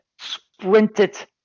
sprinted